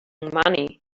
money